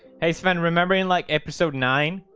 hey sven remember in like episode nine?